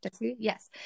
Yes